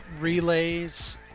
relays